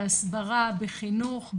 בהסברה בחינוך,